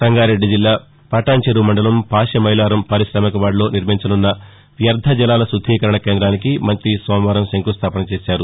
సంగారెడ్డి జిల్లా పటాన్చెరు మండలం పాశమైలారం పార్కిశామికవాడలో నిర్మించనున్న వ్యర్దజలాల శుద్దీకరణ కేంద్రానికి మంతి సోమవారం శంకుస్థాపన చేశారు